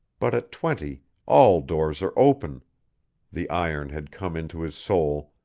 but at twenty all doors are open the iron had come into his soul,